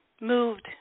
moved –